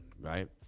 right